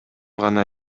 гана